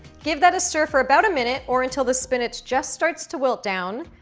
give that a stir for about a minute or until the spinach just starts to wilt down,